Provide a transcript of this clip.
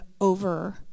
over